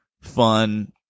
fun